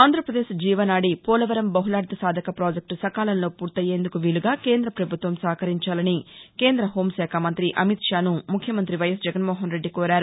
ఆంధ్రప్రదేశ్ జీవనాడి పోలవరం బహుళార్ల సాధక పాజెక్లు సకాలంలో పూర్తయ్యేందుకు వీలుగా కేంద్ర ప్రభుత్వం సహకరించాలని కేంద్ర హోం శాఖ మంతి అమిత్షాను ముఖ్యమంతి వైఎస్ జగన్మోహన్రెడ్డి కోరారు